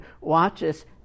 watches